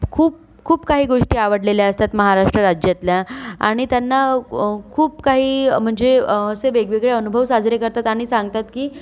खूप खूप काही गोष्टी आवडलेल्या असतात महाराष्ट्र राज्यातल्या आणि त्यांना खूप काही म्हणजे असे वेगवेगळे अनुभव साजरे करतात आणि सांगतात